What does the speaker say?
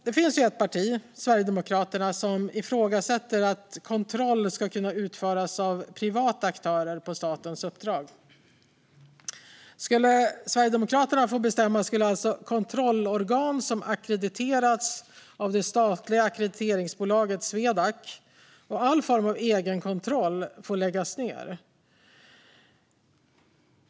Det finns ett parti, Sverigedemokraterna, som ifrågasätter att kontroll ska kunna utföras av privata aktörer på statens uppdrag. Om Sverigedemokraterna skulle få bestämma skulle alltså kontrollorgan som ackrediterats av det statliga ackrediteringsbolaget Swedac och all form av egenkontroll läggas ned.